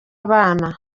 abana